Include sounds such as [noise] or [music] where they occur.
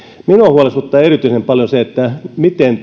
minua huolestuttaa erityisen paljon se miten [unintelligible]